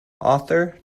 author